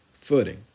footing